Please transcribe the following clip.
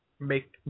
make